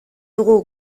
dugu